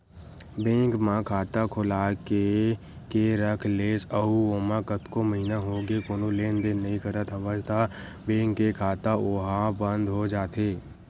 bank म खाता खोलाके के रख लेस अउ ओमा कतको महिना होगे कोनो लेन देन नइ करत हवस त बेंक के खाता ओहा बंद हो जाथे